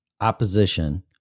opposition